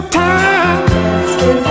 time